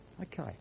Okay